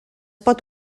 pot